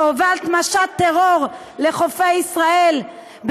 שהובלת משט טרור לחופי ישראל,